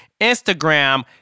Instagram